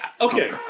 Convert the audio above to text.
okay